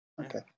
Okay